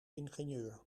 ingenieur